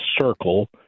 circle